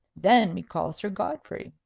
then we call sir godfrey.